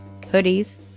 hoodies